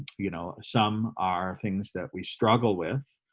you know some are things that we struggle with